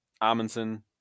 Amundsen